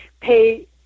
pay